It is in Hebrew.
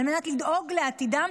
על מנת לדאוג לעתידם,